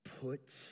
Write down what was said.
Put